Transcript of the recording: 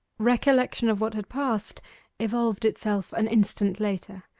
recollection of what had passed evolved itself an instant later,